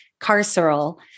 carceral